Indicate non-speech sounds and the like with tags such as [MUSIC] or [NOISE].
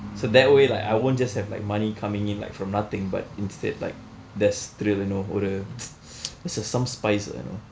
so that way like I won't just have like money coming in like from nothing but instead like there's thrill you know ஒரு:oru [NOISE] just like some spice you know